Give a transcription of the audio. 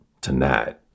tonight